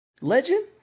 Legend